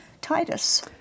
Titus